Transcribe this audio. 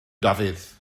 dafydd